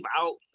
out